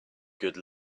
good